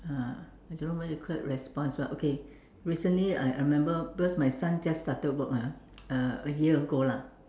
uh I don't know what you call it response ah okay recently I I remember because my son just started work ah uh a year ago lah